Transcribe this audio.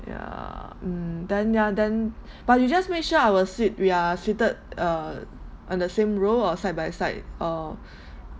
yeah mm then ya then but you just make sure our seat we are seated uh on the same row or side by side or